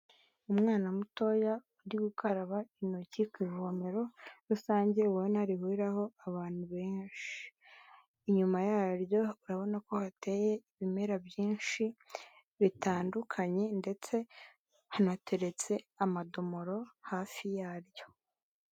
Umwana mutoya uri gukaraba intoki ku ivomero rusange ubona rihuriraho abantu benshi. Inyuma yaryo urarabona ko hateye ibimera byinshi bitandukanye ndetse hanateretse amadomoro hafi yaryo.